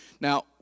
Now